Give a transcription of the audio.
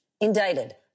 indicted